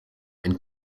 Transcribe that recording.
and